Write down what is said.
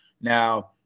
now